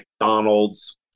McDonald's